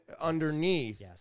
underneath